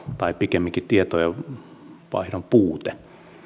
tai pikemminkin tietojen vaihdon puute